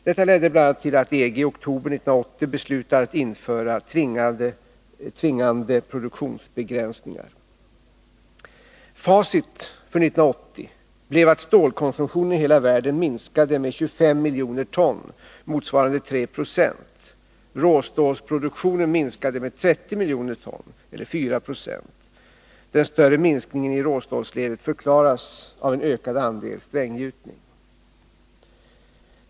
Detta ledde bl.a. till att EG i oktober 1980 beslutade att införa tvingande produktionsbegränsningar. Facit för 1980 blev att stålkonsumtionen i hela världen minskade med 25 miljoner ton, motsvarande 3 20. Råstålsproduktionen minskade med 30 miljoner ton eller 4 96. Den större minskningen i råstålsledet förklaras av en ökad andel stränggjutning.